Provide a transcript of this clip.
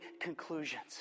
conclusions